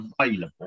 available